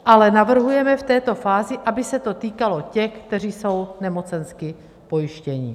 Ale navrhujeme v této fázi, aby se to týkalo těch, kteří jsou nemocensky pojištěni.